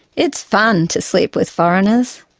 it's fun to sleep with foreigners,